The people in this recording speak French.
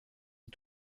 est